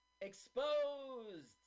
Exposed